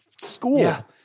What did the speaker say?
school